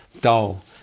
dull